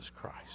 Christ